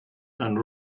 and